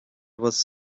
was